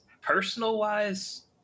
personal-wise